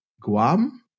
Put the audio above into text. Guam